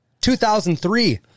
2003